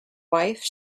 wife